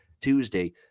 Tuesday